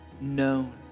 known